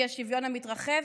האי-שוויון המתרחב,